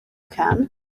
can